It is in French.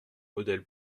modèle